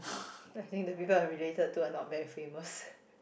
I think the people I'm related to are not very famous